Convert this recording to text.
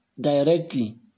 directly